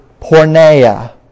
porneia